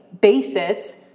basis